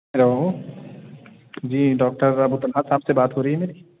hello جی doctor Abu Talha صاحب سے بات ہو رہی ہے